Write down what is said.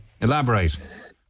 Elaborate